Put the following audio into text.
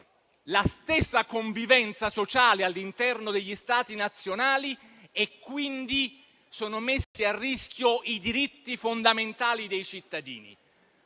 la stessa convivenza sociale all'interno degli Stati nazionali e quindi sono messi a rischio i diritti fondamentali dei cittadini.